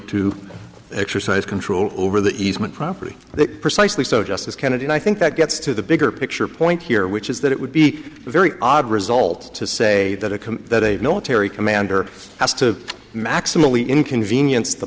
to exercise control over the easement property that precisely so justice kennedy and i think that gets to the bigger picture point here which is that it would be a very odd result to say that a that a military commander has to maximally inconvenience the